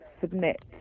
submit